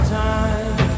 time